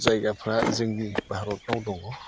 जायगाफ्रा जोंनि भारतनाव दं